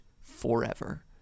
forever